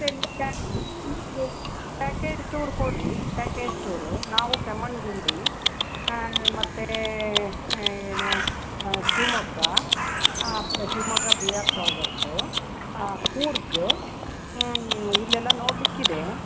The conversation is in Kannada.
ಅದೆ ನೀವು ಪ್ಯಾಕೇಜ್ ಟೂರ್ ಕೊಡಿ ಪ್ಯಾಕೇಜ್ ಟೂರು ನಾವು ಕೆಮ್ಮಣ್ಗುಂಡಿ ಮತ್ತು ಏನು Shivamogga Shivamogga B R project Coorg ಇಲ್ಲೆಲ್ಲ ನೋಡಲಿಕ್ಕಿದೆ